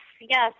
Yes